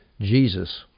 Jesus